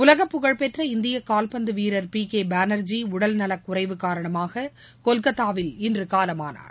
உலக புகழ்பெற்ற இந்திய கால்பந்து வீரர் பி கே பாளர்ஜி உடல்நலக் குறைவு காரணமாக கொல்கத்தாவில் இன்று காலமானார்